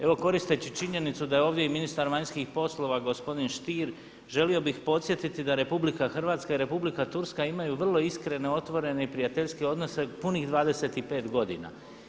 Evo koristeći činjenicu da je ovdje i ministar vanjskih poslova gospodin Stier želio bih podsjetiti da RH i Republika Turska imaju vrlo iskrene, otvorene i prijateljske odnose punih 25 godina.